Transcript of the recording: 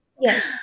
Yes